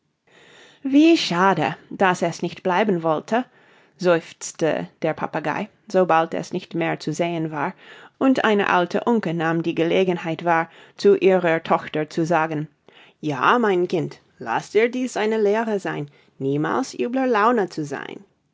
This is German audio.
wie schade daß es nicht bleiben wollte seufzte der papagei sobald es nicht mehr zu sehen war und eine alte unke nahm die gelegenheit wahr zu ihrer tochter zu sagen ja mein kind laß dir dies eine lehre sein niemals übler laune zu sein